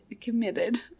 committed